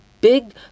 big